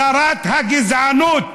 שרת הגזענות.